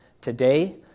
today